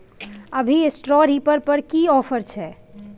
अभी straw reaper पर की ऑफर छै?